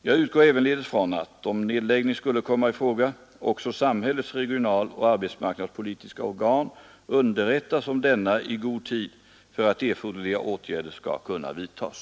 Jag utgår ävenledes från att, om nedläggning skulle komma i fråga, också samhällets regionaloch arbetsmarknadspolitiska organ underrättas om denna i god tid för att erforderliga åtgärder skall kunna vidtas.